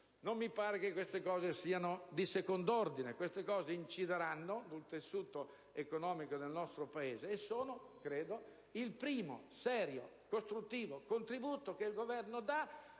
Non mi pare che questi interventi siano di second'ordine: essi incideranno sul tessuto economico del nostro Paese, e credo siano il primo serio e costruttivo contributo che il Governo dà